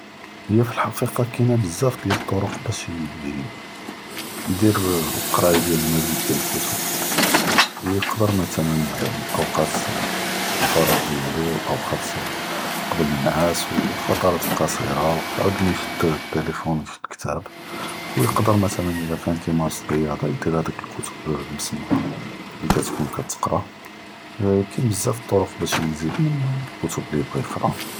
היא פי חקיקה כאינה בזאף קיאס טרוק באש ייי יידיר קראיה דיאל מזיד תיאל כתב יידר מתלה אוקאת אלפראג’ דיאלוהו אוקאת קבל אלנעאס ו פירות לקצרה ו פי עווד מאישד טלפון אישד כתאב ו יידר מתלה אלא כאן כא ימארס ריאצה יידיר האדוק אלכתב אלמסמועה לי ככתכון כתקרא כאין בזאף טרוק באש יזיד מן אלכתב ליבגי יקרא.